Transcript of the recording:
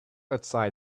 outside